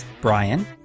Brian